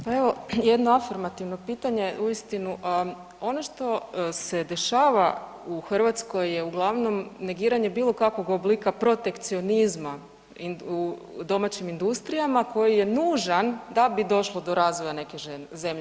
Pa evo, jedno afirmativno pitanje, uistinu, ono što se dešava u Hrvatskoj je uglavnom negiranje bilo kakvog oblika protekcionizma u domaćim industrijama koji je nužan da bi došlo do razvoja neke zemlje.